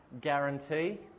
guarantee